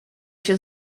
się